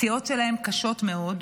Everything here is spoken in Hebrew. הפציעות שלהם קשות מאוד,